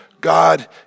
God